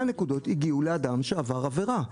הנקודות הללו הגיעו לאדם שעבר עבירה.